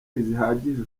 zihagije